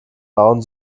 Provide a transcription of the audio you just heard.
bauen